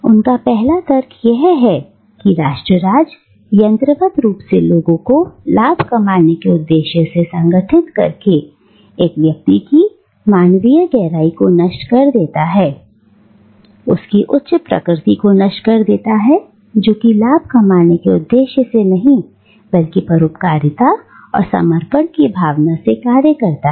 उनका पहला तर्क यह है कि राष्ट्र राज्य यंत्रवत रूप से लोगों को लाभ कमाने के उद्देश्य से संगठित करके एक व्यक्ति की मानवीय गहराई को नष्ट कर देता है उसकी उच्च प्रकृति को नष्ट कर देता है जो कि लाभ कमाने के उद्देश्य से नहीं बल्कि परोपकारिता और समर्पण की भावना से कार्य करता है